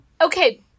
Okay